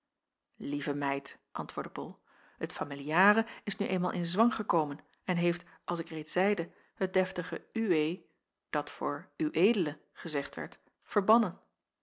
lieve meid antwoordde bol het familiare is nu eenmaal in zwang gekomen en heeft als ik reeds zeide het deftige uwee dat voor uw edele gezegd werd verbannen